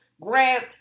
grab